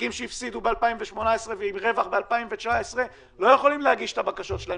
עסקים שהפסידו ב-2018 ועם רווח ב-2019 לא יכולים להגיש את הבקשות שלהם,